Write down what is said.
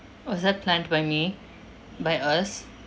was that planned by me by us